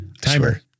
Timer